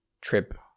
trip